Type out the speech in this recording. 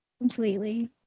completely